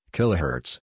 Kilohertz